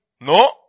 no